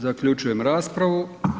Zaključujem raspravu.